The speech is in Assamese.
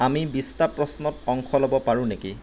আমি বিশটা প্ৰশ্নত অংশ ল'ব পাৰোঁ নেকি